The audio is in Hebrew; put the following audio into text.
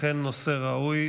נושא ראוי.